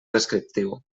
descriptiu